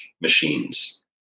machines